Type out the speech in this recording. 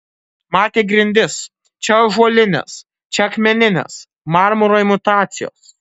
matė grindis čia ąžuolines čia akmenines marmuro imitacijos